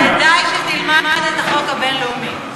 כדאי שתלמד את החוק הבין-לאומי.